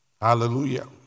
Hallelujah